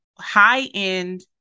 high-end